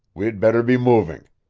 we'd better be moving.